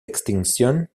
extinción